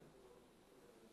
מה, אני